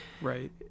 right